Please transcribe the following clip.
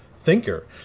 Thinker